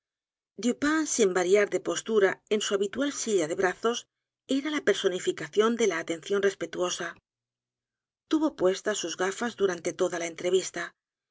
dupin sin variar de postura en su habitual silla de brazos era la personificación de la atención respetuosa tuvo puestas sus gafas durante toda la entrevista